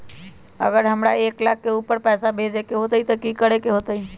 अगर हमरा एक लाख से ऊपर पैसा भेजे के होतई त की करेके होतय?